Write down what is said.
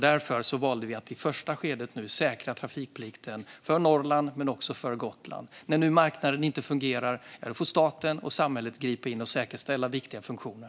Därför valde vi att i första skedet säkra trafikplikten för Norrland men också för Gotland. Nu när marknaden inte fungerar får staten och samhället gripa in och säkerställa viktiga funktioner.